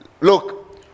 Look